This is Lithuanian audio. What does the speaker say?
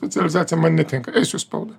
specializacija man netinka eisiu į spaudą